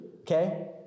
okay